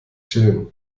chillen